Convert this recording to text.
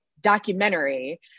documentary